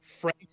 Frank